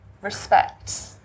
respect